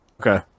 Okay